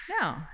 no